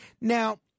Now